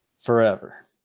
Forever